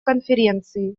конференции